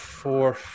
four